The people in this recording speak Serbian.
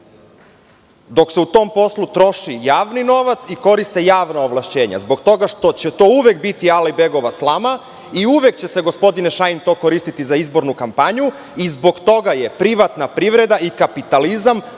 dok se u tom poslu troši javni novac i koriste javna ovlašćenja zbog toga što će to uvek biti Alajbegova slama i uvek će se, gospodine Šajn, to koristiti za izbornu kampanju. Zbog toga je privatna privreda i kapitalizam